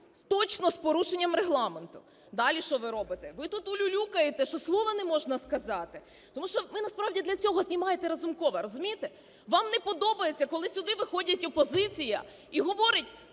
точно з порушенням Регламенту. Далі що ви робите? Ви тут улюлюкаєте, що слова не можна сказати, тому що ви насправді для цього знімаєте Разумкова. Розумієте? Вам не подобається, коли сюди виходить опозиція і говорить